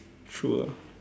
true ah